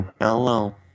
Hello